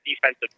defensive